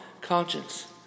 conscience